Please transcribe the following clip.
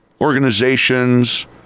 organizations